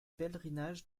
pèlerinages